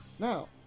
Now